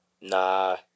Nah